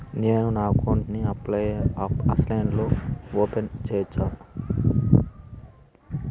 నేను నా అకౌంట్ ని ఆన్లైన్ లో ఓపెన్ సేయొచ్చా?